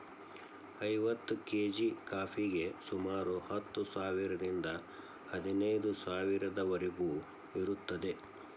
ಐವತ್ತು ಕೇಜಿ ಕಾಫಿಗೆ ಸುಮಾರು ಹತ್ತು ಸಾವಿರದಿಂದ ಹದಿನೈದು ಸಾವಿರದವರಿಗೂ ಇರುತ್ತದೆ